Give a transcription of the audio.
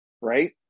right